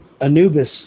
Anubis